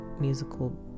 musical